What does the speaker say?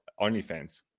OnlyFans